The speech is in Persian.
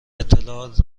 اطلاعات